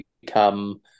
become